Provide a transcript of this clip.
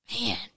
Man